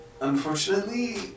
Unfortunately